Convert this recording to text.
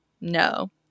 no